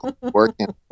working